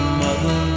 mother